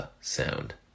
sound